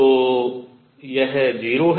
तो यह 0 है